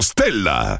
Stella